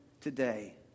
today